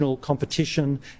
Competition